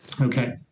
Okay